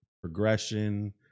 progression